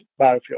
biofuel